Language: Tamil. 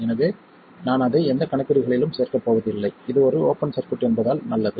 எனவே நான் அதை எந்த கணக்கீடுகளிலும் சேர்க்கப் போவதில்லை இது ஒரு ஓப்பன் சர்க்யூட் என்பதால் நல்லது